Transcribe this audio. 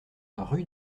rue